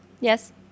Yes